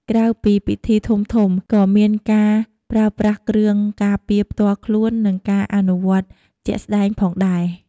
ក្រៅពីពិធីធំៗ ក៏មានការប្រើប្រាស់គ្រឿងការពារផ្ទាល់ខ្លួន និងការអនុវត្តជាក់ស្តែងផងដែរ។